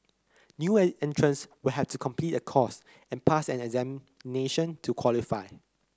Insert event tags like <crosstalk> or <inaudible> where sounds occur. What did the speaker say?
new <unintelligible> entrants we have to complete a course and pass an examination to qualify